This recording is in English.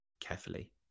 Carefully